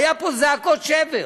היו פה זעקות שבר.